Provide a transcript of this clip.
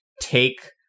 take